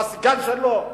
לא הסגן שלו.